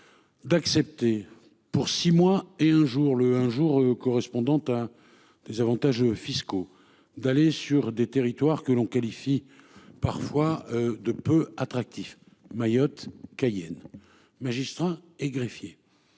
D'accepter pour 6 mois et un jour le un jour correspondant à. Des avantages fiscaux d'aller sur des territoires que l'on qualifie parfois de peu attractif Mayotte Cayenne magistrats et greffiers.